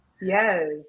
Yes